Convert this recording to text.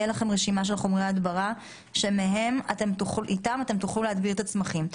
תהיה לכם רשימה של חומרי הדברה שאתם תוכלו להדביר את הצמחים.